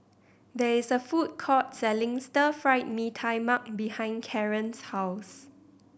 there is a food court selling Stir Fried Mee Tai Mak behind Karon's house